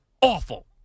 awful